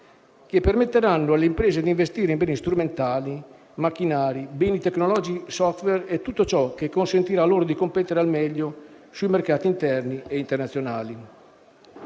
che permetteranno alle imprese di investire in beni strumentali, macchinari, beni tecnologici, *software* e tutto ciò che consentirà loro di competere al meglio sui mercati interni e internazionali.